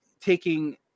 taking